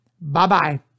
Bye-bye